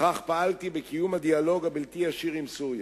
וכך פעלתי בקיום הדיאלוג הבלתי-ישיר עם סוריה.